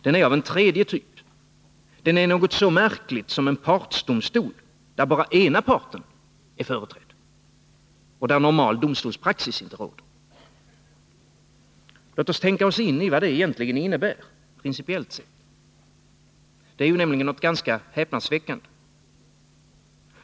Den är av en tredje typ — den är något så märkligt som en partsdomstol, där bara ena parten är företrädd och där normal domstolspraxis inte råder. Låt oss tänka oss in i vad det egentligen innebär principiellt sett. Det är ju nämligen något ganska häpnadsväckande.